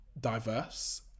diverse